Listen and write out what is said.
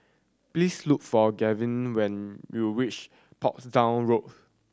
please look for Granville when you reach Portsdown Road